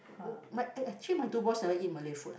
oh my actually my two boys never eat Malay food